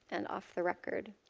and off the record.